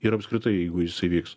ir apskritai jeigu jis įvyks